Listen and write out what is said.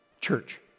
Church